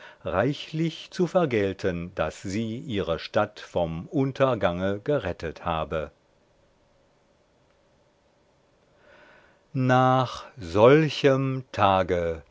reichlich zu vergelten daß sie ihre stadt vom untergange gerettet habe nach solchem tage